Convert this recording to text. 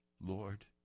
Lord